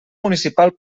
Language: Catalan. municipal